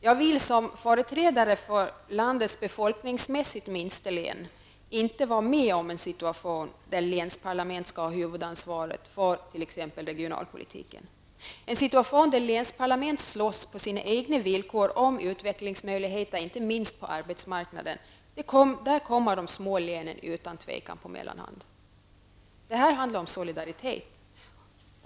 Jag vill som företrädare för landets befolkningsmässigt minsta län inte vara med om en situation där länsparlament skall ha huvudansvaret för t.ex. regionalpolitiken. I en situation där länsparlament på sina egna villkor slåss om utvecklingsmöjligheter, inte minst på arbetsmarknaden, kommer de små länen utan tvivel på mellanhand. Det här handlar om solidaritet.